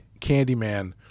Candyman